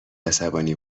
عصبانی